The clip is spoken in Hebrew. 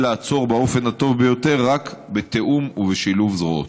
לעצור באופן הטוב ביותר רק בתיאום ובשילוב זרועות.